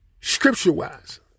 scripture-wise